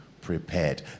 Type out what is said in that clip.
prepared